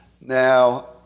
Now